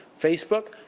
Facebook